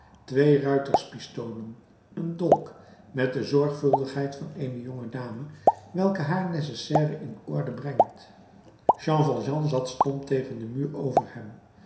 twee ruiterspistolen een dolk met de zorgvuldigheid van eene jonge dame welke haar nécessaire in orde brengt jean valjean zat stom tegen den muur over hem